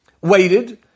waited